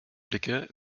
blicke